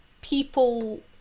people